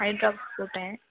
ஐ drop போட்டேன்